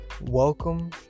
Welcome